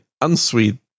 unsweet